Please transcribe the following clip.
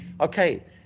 Okay